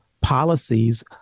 policies